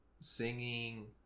singing